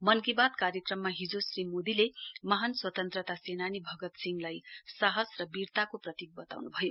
मनकी बात कार्यक्रममा हिजो श्री मोदीले महान स्वतन्त्रता सेनानी भगत सिंहलाई साहस र वीरतको प्रतीक बताउनु भयो